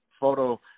photo